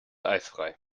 eisfrei